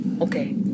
Okay